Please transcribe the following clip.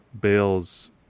Bale's